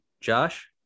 josh